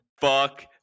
Fuck